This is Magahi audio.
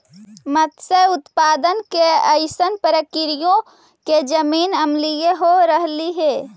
मत्स्य उत्पादन के अइसन प्रक्रियाओं से जमीन अम्लीय हो रहलई हे